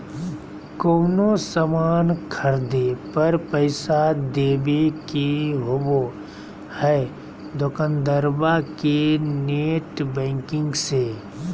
कोनो सामान खर्दे पर पैसा देबे के होबो हइ दोकंदारबा के नेट बैंकिंग से